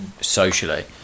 socially